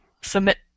submit